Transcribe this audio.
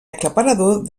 aclaparador